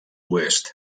oest